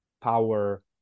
power